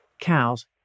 cows